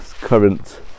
current